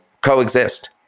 coexist